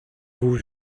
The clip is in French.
vous